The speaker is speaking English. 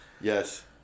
yes